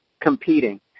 competing